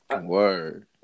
Word